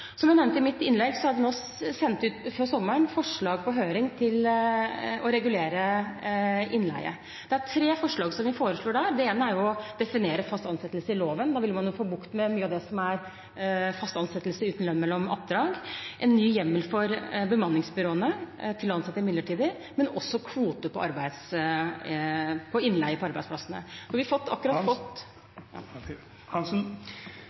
Som jeg nevnte i mitt innlegg, har vi før sommeren sendt ut forslag på høring til å regulere innleie. Det er tre forslag. Det ene er å definere fast ansettelse i loven. Da ville man få bukt med mye av det som er fast ansettelse uten lønn mellom oppdrag. Det foreslås også en ny hjemmel for bemanningsbyråene til å ansette midlertidig, men også kvoter på innleie på arbeidsplassene. Nå har vi akkurat fått…